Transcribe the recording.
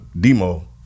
demo